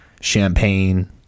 champagne